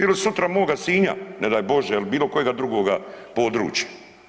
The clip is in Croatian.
Ili sutra moga Sinja ne daj Bože ili bilo kojega drugoga područja.